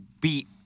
beat